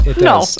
No